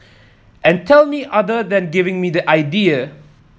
and tell me other than giving me the idea